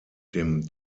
dem